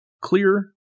clear